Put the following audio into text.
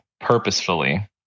purposefully